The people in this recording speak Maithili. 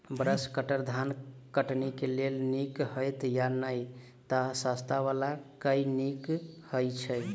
ब्रश कटर धान कटनी केँ लेल नीक हएत या नै तऽ सस्ता वला केँ नीक हय छै?